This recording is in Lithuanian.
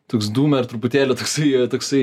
toks dūmer truputėlį toksai toksai